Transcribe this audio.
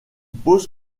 pose